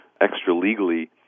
extra-legally